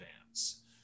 advance